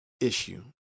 issue